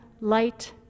light